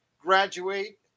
graduate